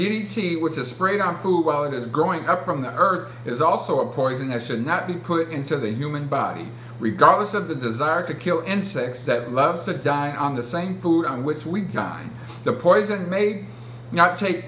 t which is sprayed on food while it is growing up from the earth is also a poison that should not be put into the human body regardless of the desire to kill insects that loves to die on the same food on which we time the poison may not take